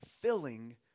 filling